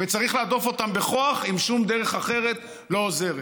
וצריך להדוף אותם בכוח אם שום דרך אחרת לא עוזרת.